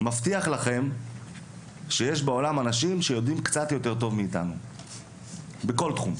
מבטיח לכם שיש בעולם אנשים שיודעים קצת יותר טוב מאיתנו בכל תחום.